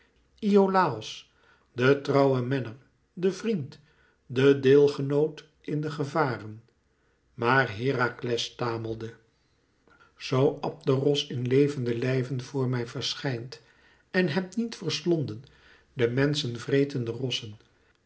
iolàos de trouwe menner de vriend de deelgenoot in de gevaren maar herakles stamelde zoo abderos in levenden lijve voor mij verschijnt en hem niet verslonden de menschen vretende rossen